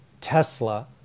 Tesla